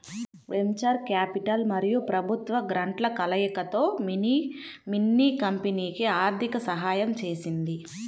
venture capital మరియు ప్రభుత్వ గ్రాంట్ల కలయికతో మిన్నీ కంపెనీకి ఆర్థిక సహాయం చేసింది